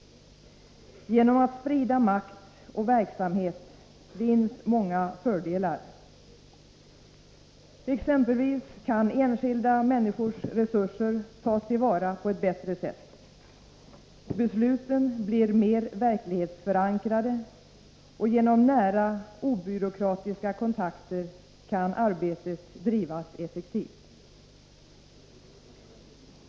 Genom att sprida makt och verksamhet vinns många fördelar. Exempelvis kan enskilda människors resurser tas till vara på ett bättre sätt. Besluten blir mer verklighetsförankrade, och genom nära obyråkratiska kontakter kan arbetet drivas effektivt.